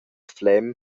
flem